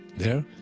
there,